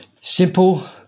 Simple